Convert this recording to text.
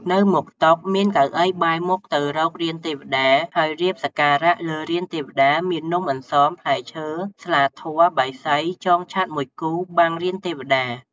នៅមុខតុ មានកៅអីបែរមុខទៅរករានទេវតា ហើយរៀបសក្ការៈលើរានទេវតា មាននំអន្សម ផ្លែឈើ ស្លាធ័រ បាយសី ចងឆ័ត្រមួយគូបាំងរានទេវតា ។